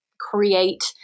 create